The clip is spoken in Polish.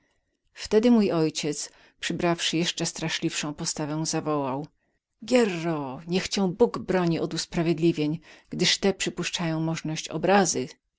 wtedy mój ojciec przybrawszy jeszcze straszliwszą postawę zawołał hierro niech cię bóg broni abyś miał czynić wymówki gdyż takowe przypuszczają możność obrazy